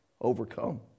overcome